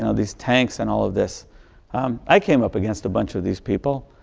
and these tanks and all of this i came up against a bunch of these people.